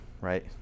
right